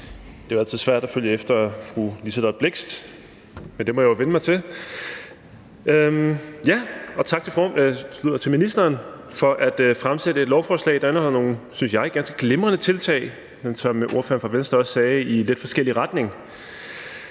altid svært at følge efter fru Liselott Blixt, men det må jeg jo vende mig til. Og tak til ministeren for at fremsætte et lovforslag, der indeholder nogle – synes jeg – ganske glimrende tiltag, men som ordføreren fra Venstre også sagde, i lidt forskellig retning,